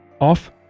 Off